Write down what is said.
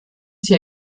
sie